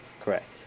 Correct